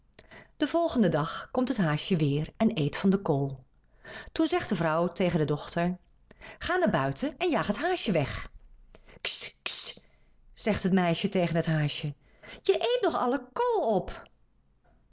den volgenden dag komt het haasje weer en eet van de kool toen zegt de vrouw tegen de dochter ga naar buiten en jaag t haasje weg ksj ksj zegt het meisje tegen t haasje je eet nog al de kool op